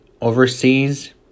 overseas